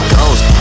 Ghost